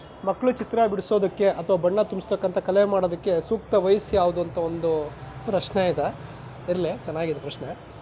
ಮಕ್ಕಳು ಚಿತ್ರ ಬಿಡಿಸೋದಕ್ಕೆ ಅಥ್ವಾ ಬಣ್ಣ ತುಂಬಿಸ್ತಕ್ಕಂತ ಕಲೆ ಮಾಡೋದಕ್ಕೆ ಸೂಕ್ತ ವಯಸ್ಸು ಯಾವುದು ಅಂತ ಒಂದು ಪ್ರಶ್ನೆ ಇದೆ ಇರಲಿ ಚೆನ್ನಾಗಿದೆ ಪ್ರಶ್ನೆ